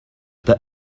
the